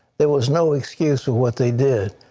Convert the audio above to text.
there was no excuse for what they did.